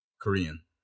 Korean